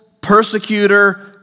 persecutor